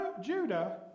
Judah